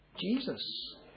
Jesus